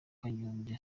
kanyombya